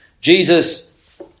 Jesus